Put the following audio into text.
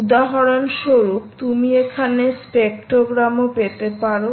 উদাহরণস্বরূপ তুমি এখানে স্পেক্ট্রোগ্রাম ও পেতে পারো